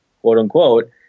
quote-unquote